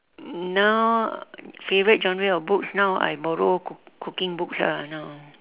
now favourite genre of books now I borrow cook~ cooking books ah now